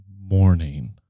morning